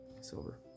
silver